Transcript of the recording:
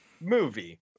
movie